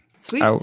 Sweet